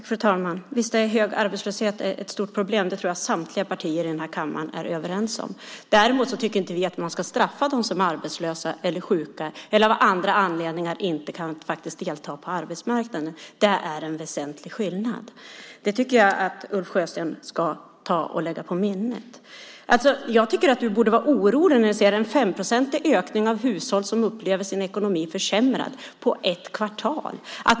Fru talman! Visst är hög arbetslöshet ett stort problem - det tror jag att samtliga partier här i kammaren är överens om. Däremot tycker vi inte att man ska straffa dem som är arbetslösa eller sjuka eller som av andra anledningar inte kan delta på arbetsmarknaden. Det är en väsentlig skillnad, och det tycker jag att Ulf Sjösten ska lägga på minnet. Jag tycker att Ulf Sjösten borde vara orolig när vi på ett kvartal ser en 5-procentig ökning av hushåll som upplever sin ekonomi försämrad.